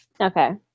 Okay